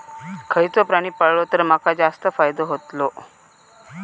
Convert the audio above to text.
खयचो प्राणी पाळलो तर माका जास्त फायदो होतोलो?